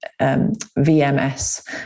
VMS